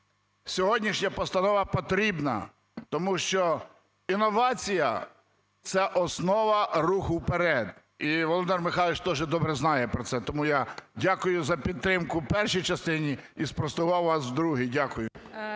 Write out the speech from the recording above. сьогоднішня постанова потрібна, тому що інновація – це основа руху вперед, і Володимир Михайлович дуже добре знає про це. Тому я дякую за підтримку в першій частині і спростував вас у другій. Дякую.